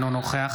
אינו נוכח